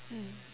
mm